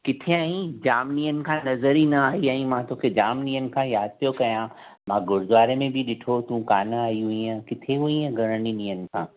किथे आईं जाम ॾींहंनि खां नज़र ई न आई आहीं मां तोखे जाम ॾींहंनि खां यादि पियो कया मां गुरुद्वारे में बि ॾिठो तू कोन्ह आई हुईऐं किथे हुईऐं घणण ॾींहंनि खां